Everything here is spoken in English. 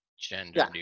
gender